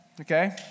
okay